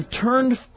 turned